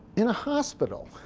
in a hospital,